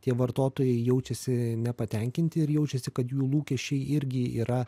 tie vartotojai jaučiasi nepatenkinti ir jaučiasi kad jų lūkesčiai irgi yra